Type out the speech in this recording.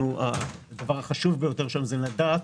הדבר החשוב ביותר שם הוא לדעת